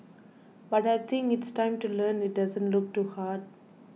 but I think it's time to learn it doesn't look too hard